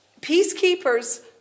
peacekeepers